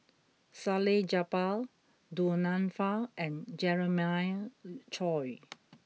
Salleh Japar Du Nanfa and Jeremiah Choy